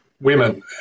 women